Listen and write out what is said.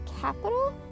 capital